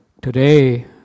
Today